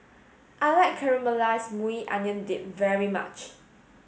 I like Caramelized Maui Onion Dip very much